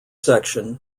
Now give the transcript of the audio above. section